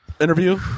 interview